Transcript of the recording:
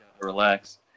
Relax